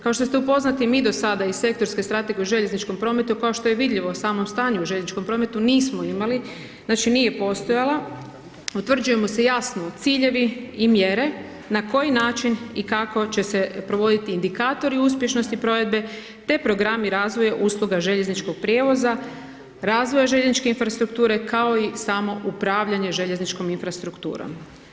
Kao što ste upoznati mi do sada iz sektorske strategije u željezničkom prometu kao što je vidljivo u samom stanju u željezničkom prometu nismo imali, znači nije postojala, utvrđuju mu se jasno ciljevi i mjere na koji način i kako će se provoditi indikatori uspješnosti provedbe te programi i razvoj usluga željezničkog prijevoza, razvoja željezničke infrastrukture kao i samo upravljanje željezničkom infrastrukturom.